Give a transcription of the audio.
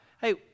hey